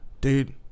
dude